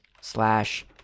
slash